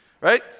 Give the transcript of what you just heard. right